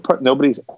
nobody's